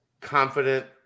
confident